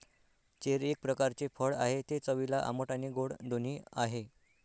cherry एक प्रकारचे फळ आहे, ते चवीला आंबट आणि गोड दोन्ही आहे